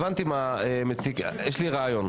הבנתי מה מציק לך, יש לי רעיון.